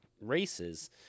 races